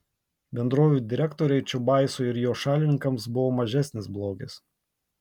bendrovių direktoriai čiubaisui ir jo šalininkams buvo mažesnis blogis